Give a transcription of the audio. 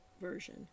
version